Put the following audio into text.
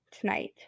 tonight